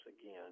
again